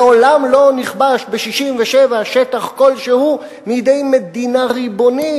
מעולם לא נכבש ב-1967 שטח כלשהו מידי מדינה ריבונית.